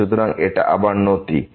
সুতরাং এটা আবার নতি 1